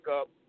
up